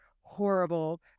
horrible